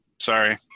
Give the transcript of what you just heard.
Sorry